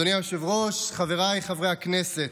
אדוני היושב-ראש, חבריי חברי הכנסת,